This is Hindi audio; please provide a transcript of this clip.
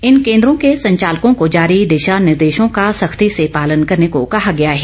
इन केन्द्रों के संचालकों को जारी दिशा निर्देशों का सख्ती से पालन करने को कहा गया है